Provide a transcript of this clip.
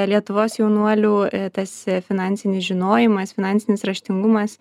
lietuvos jaunuolių tas finansinis žinojimas finansinis raštingumas